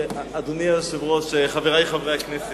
אדוני היושב-ראש, חברי חברי הכנסת,